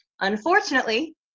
Unfortunately